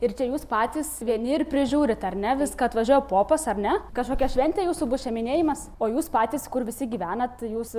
ir čia jūs patys vieni ir prižiūrit ar ne viską atvažiuoja popas ar ne kažkokia šventė jūsų bus čia minėjimas o jūs patys kur visi gyvenat jūs